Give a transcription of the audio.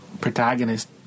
protagonist